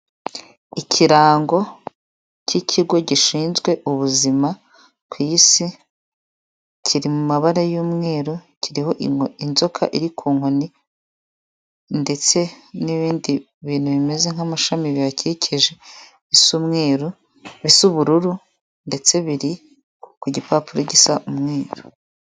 Ikirango cy'ikigo gishinzwe ubuzima ku isi kiri mu mabara y'umweru, kiriho inzoka iri ku nkoni ndetse n'ibindi bintu bimeze nk'amashami bihakikije bisa ubururu ndetse biri ku gipapuro gisa umweru.